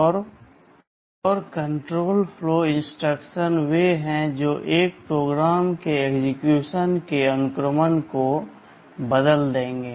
और control flow instruction वे हैं जो एक प्रोग्राम के एक्सेक्यूशन के अनुक्रम को बदल देंगे